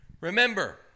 Remember